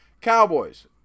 Cowboys